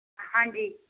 ਹਾਂਜੀ